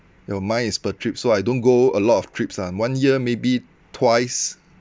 no mine is per trip so I don't go a lot of trips ah one year maybe twice